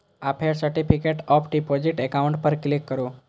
आ फेर certificate of deposit account पर क्लिक करू